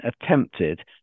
attempted